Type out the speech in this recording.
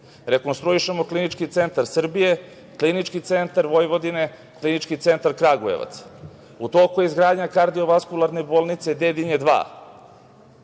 rekonstruišemo Klinički centar Srbije, Klinički centar Vojvodine, Klinički centar Kragujevac. U toku je izgradnja kardiovaskularne bolnice „Dedinje 2“.